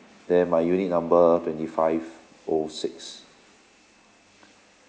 then my unit number twenty five O six